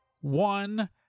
one